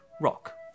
rock